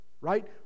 right